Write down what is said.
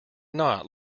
not